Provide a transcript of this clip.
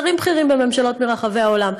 שרים בכירים בממשלות ברחבי העולם.